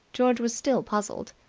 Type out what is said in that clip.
george was still puzzled.